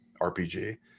rpg